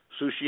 sushi